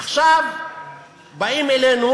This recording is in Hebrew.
עכשיו באים אלינו